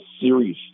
series